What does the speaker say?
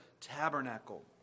tabernacle